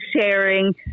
sharing